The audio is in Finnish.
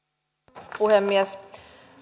arvoisa puhemies